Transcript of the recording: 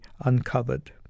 uncovered